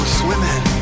swimming